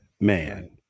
man